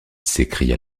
s’écria